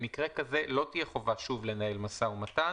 במקרה כזה לא תהיה חובה שוב לנהל משא ומתן